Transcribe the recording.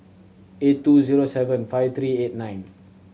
eight two zero seven five three eight nine